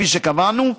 כפי שקבענו,